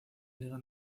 liga